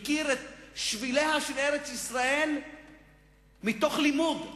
ומכיר את שביליה של ארץ-ישראל מתוך לימוד.